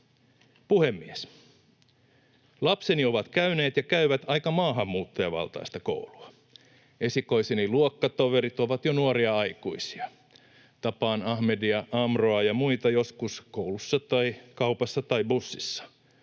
Puhemies! Lapseni ovat käyneet ja käyvät aika maahanmuuttajavaltaista koulua. Esikoiseni luokkatoverit ovat jo nuoria aikuisia. Tapaan Ahmedia, Amroa ja muita joskus koulussa tai kaupassa tai bussissa.